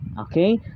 Okay